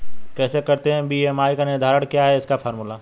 कैसे करते हैं बी.एम.आई का निर्धारण क्या है इसका फॉर्मूला?